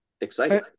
exciting